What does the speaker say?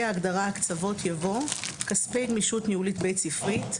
ההגדרה "הקצבות" יבוא: "כספי גמישות ניהולית בית ספרית"